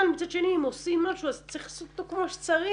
אבל מצד שני אם עושים משהו אז צריך לעשות אותו כמו שצריך,